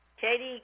katie